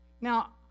Now